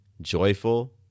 joyful